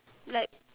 like